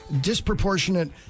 disproportionate